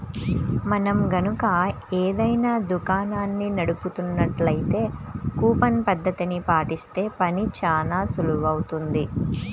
మనం గనక ఏదైనా దుకాణాన్ని నడుపుతున్నట్లయితే కూపన్ పద్ధతిని పాటిస్తే పని చానా సులువవుతుంది